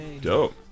Dope